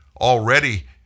already